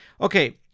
Okay